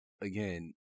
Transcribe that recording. Again